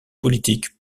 politique